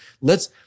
Let's-